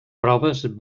proves